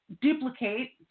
duplicate